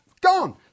Gone